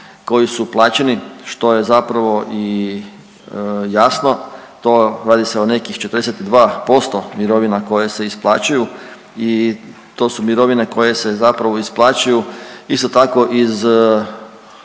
koji su plaćeni, što je zapravo i jasno, to, radi se o nekih 42% mirovina koje se isplaćuju i to su mirovine koje se zapravo isplaćuju isto tako iz